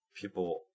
people